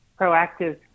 proactive